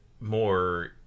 more